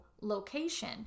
location